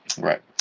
Right